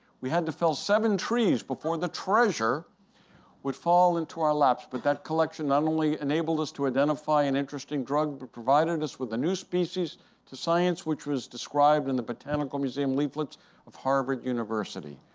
we had to fell seven trees before the treasure would fall into our laps, but that collection not only enabled us to identify an interesting drug, but provided us with a new species to science, which was described in the botanical museum leaflets of harvard university.